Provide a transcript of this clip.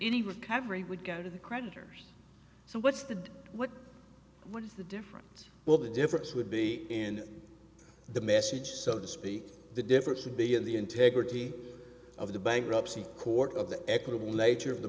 any recovery would go to the creditors so what's the what what's the difference well the difference would be in the message so to speak the difference would be in the integrity of the bankruptcy court of the equitable nature of the